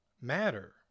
matter